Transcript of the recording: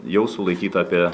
jau sulaikyta apie